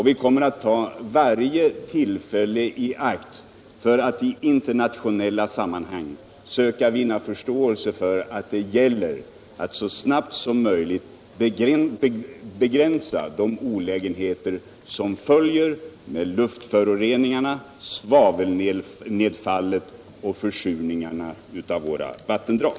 Vi kommer att ta varje tillfälle i akt för att i internationella sammanhang söka vinna förståelse för att det gäller att så snabbt som möjligt begränsa de olägenheter som följer med luftföroreningarna, svavelnedfallet och försurningen av våra vattendrag.